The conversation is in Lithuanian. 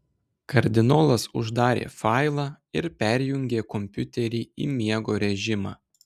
kardinolas uždarė failą ir perjungė kompiuterį į miego režimą